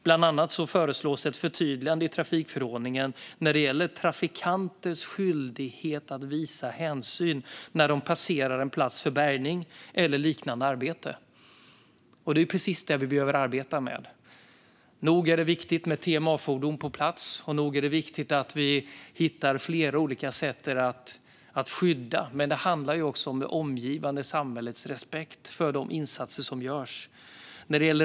Bland annat föreslås ett förtydligande i trafikförordningen när det gäller trafikanters skyldighet att visa hänsyn när de passerar en plats för bärgning eller liknande arbete, och det är precis det vi behöver arbeta med. Nog är det viktigt att TMA-fordon finns på plats, och nog är det viktigt att vi hittar flera olika sätt att skydda. Men det handlar också om det omgivande samhällets respekt för de insatser som görs.